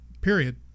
period